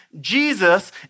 Jesus